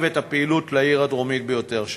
את הפעילות לעיר הדרומית ביותר שלנו.